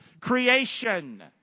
Creation